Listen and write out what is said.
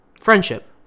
friendship